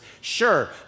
Sure